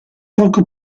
poco